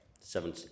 seven